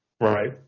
Right